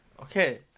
Okay